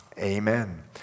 Amen